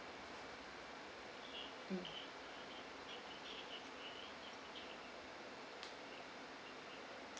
mm